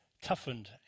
toughened